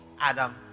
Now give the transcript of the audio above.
Adam